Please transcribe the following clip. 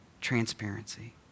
Transparency